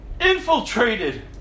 infiltrated